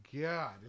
God